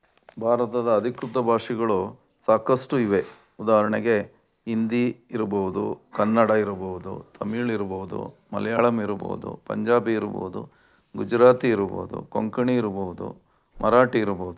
ಭಾರತದ ಅಧಿಕೃತ ಭಾಷೆಗಳು ಸಾಕಷ್ಟು ಇವೆ ಉದಾಹರಣೆಗೆ ಹಿಂದಿ ಇರ್ಬೋದು ಕನ್ನಡ ಇರ್ಬೋದು ತಮಿಳ್ ಇರ್ಬೋದು ಮಲಯಾಳಂ ಇರ್ಬೋದು ಪಂಜಾಬಿ ಇರ್ಬೋದು ಗುಜರಾತಿ ಇರ್ಬೋದು ಕೊಂಕಣಿ ಇರ್ಬೋದು ಮರಾಠಿ ಇರ್ಬೋದು